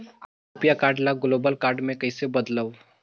रुपिया कारड ल global card मे कइसे बदलव?